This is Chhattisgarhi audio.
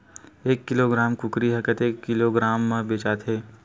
एक किलोग्राम कुकरी ह कतेक किलोग्राम म बेचाथे?